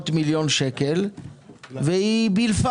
מאוד גדול על מנת להגדיל את כמות הילדים שיקבלו